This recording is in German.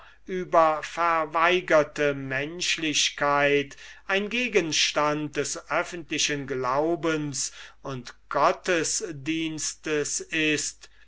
über verweigerte menschlichkeit ein gegenstand des öffentlichen glaubens und gottesdienstes ist